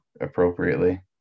appropriately